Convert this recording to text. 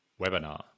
webinar